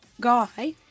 guy